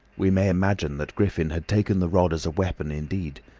we may imagine that griffin had taken the rod as a weapon indeed,